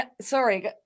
Sorry